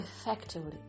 effectively